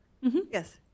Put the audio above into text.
Yes